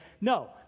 No